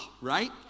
right